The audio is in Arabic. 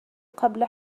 قبل